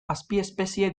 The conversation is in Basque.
azpiespezie